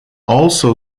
also